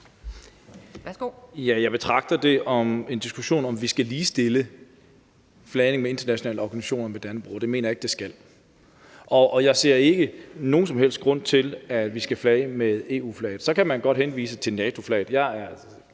Jeg betragter det som en diskussion om, at vi skal ligestille flagning for internationale organisationer med Dannebrog. Det mener jeg ikke vi skal. Jeg ser ikke nogen som helst grund til, at vi skal flage med EU-flaget. Så kan man godt henvise til NATO-flaget.